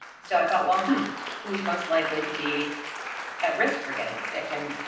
so i felt welcome who's most likely to be at risk for getting sick and